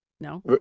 no